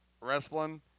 wrestling